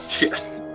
yes